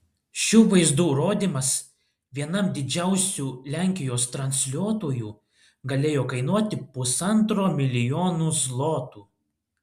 šių vaizdų rodymas vienam didžiausių lenkijos transliuotojų galėjo kainuoti pusantro milijonų zlotų